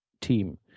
team